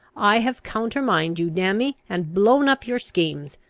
i have countermined you, damn me! and blown up your schemes.